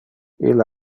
ille